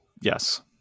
Yes